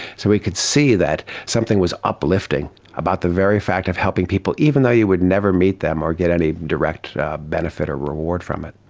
so we could see that something was uplifting about the very fact of helping people, even though you would never meet them or get any direct benefit or reward from it.